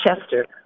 Chester